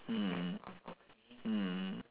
mm mm mm mm